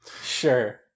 sure